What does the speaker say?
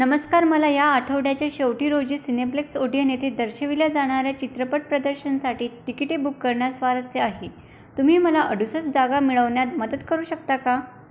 नमस्कार मला या आठवड्याच्या शेवटी रोजी सिनेप्लेक्स ओटियन येथे दर्शविल्या जाणाऱ्या चित्रपट प्रदर्शनसाठी तिकिटे बुक करण्यात स्वारस्य आहे तुम्ही मला अडुसष्ट जागा मिळवण्यात मदत करू शकता का